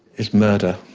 is murder.